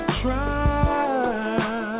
try